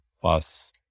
plus